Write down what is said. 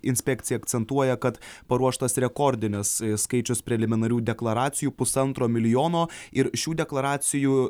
inspekcija akcentuoja kad paruoštas rekordinis skaičius preliminarių deklaracijų pusantro milijono ir šių deklaracijų